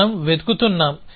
మనం వెతుకుతున్నాము